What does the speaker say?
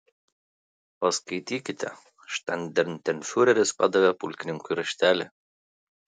paskaitykite štandartenfiureris padavė papulkininkiui raštelį